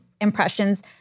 impressions